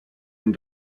and